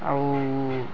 ଆଉ